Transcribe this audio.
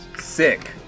sick